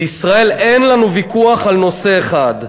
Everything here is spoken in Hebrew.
בישראל אין לנו ויכוח על נושא אחד,